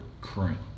current